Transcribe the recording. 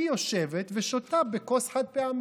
היא יושבת ושותה בכוס חד-פעמית.